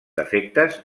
defectes